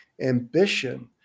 ambition